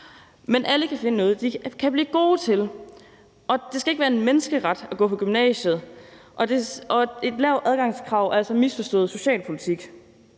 men alle kan finde noget, de kan blive gode til. Det skal ikke være en menneskeret at gå på gymnasiet, og et lavt adgangskrav er altså misforstået socialpolitik.